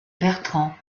bertrand